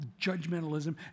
judgmentalism